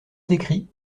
d’écrit